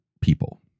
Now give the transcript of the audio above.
people